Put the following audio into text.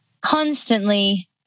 constantly